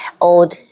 old